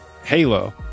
Halo